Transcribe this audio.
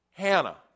Hannah